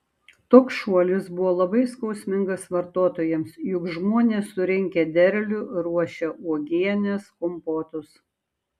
toks šuolis buvo labai skausmingas vartotojams juk žmonės surinkę derlių ruošia uogienes kompotus